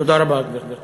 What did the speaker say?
תודה רבה, גברתי.